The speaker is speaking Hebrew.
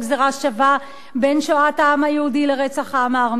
שווה בין שואת העם היהודי לרצח העם הארמני,